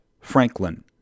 Franklin